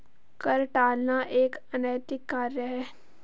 कर टालना एक अनैतिक कार्य है